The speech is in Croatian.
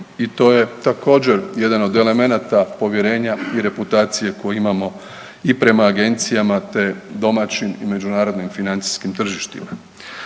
i to je također, jedan od elemenata povjerenja i reputacije koju imamo i prema agencijama te domaćim i međunarodnim financijskim tržištima.